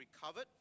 recovered